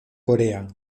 corea